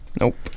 Nope